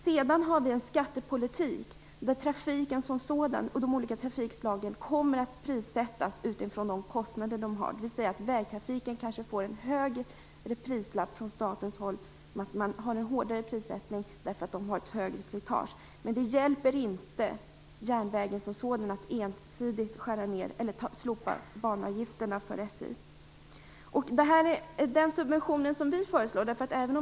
Sedan har vi en skattepolitik där de olika trafikslagen kommer att prissättas utifrån de kostnader de har. Vägtrafiken får kanske en högre prislapp från statens håll. Man kan ha en hårdare prissättning därför att vägtrafiken orsakar större slitage. Men att ensidigt slopa banavgiferna för SJ hjälper inte järnvägen.